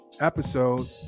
episode